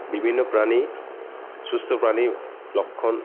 বিভিন্ন প্রাণী সুস্থ প্রাণীর লক্ষণ